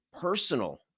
personal